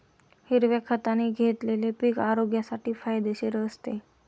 हिरव्या खताने घेतलेले पीक आरोग्यासाठी फायदेशीर असते